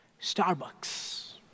Starbucks